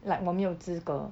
like 我没有资格